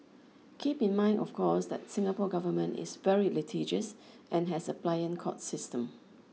keep in mind of course that Singapore government is very litigious and has a pliant court system